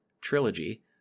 trilogy